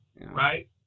right